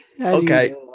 Okay